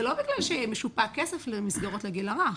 זה לא בגלל שמשופע כסף למסגרות לגיל הרך.